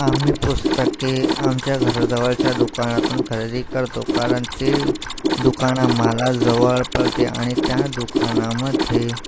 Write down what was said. आम्ही पुस्तके आमच्या घराजवळच्या दुकानातून खरेदी करतो कारण ते दुकान मला जवळ पडते आणि त्या दुकानामध्ये